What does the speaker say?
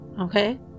okay